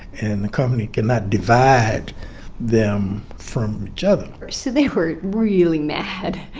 and the company cannot divide them from each other so they were really mad.